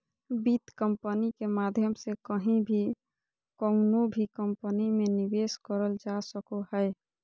वित्त कम्पनी के माध्यम से कहीं भी कउनो भी कम्पनी मे निवेश करल जा सको हय